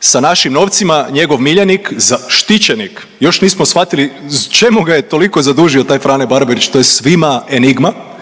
sa našim novcima, njegov miljenik, za, štićenik, još nismo shvatili čemu ga je toliko zadužio taj Frane Barbarić, to je svima enigma,